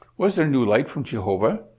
was there new light from jehovah?